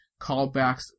callbacks